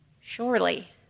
surely